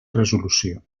resolució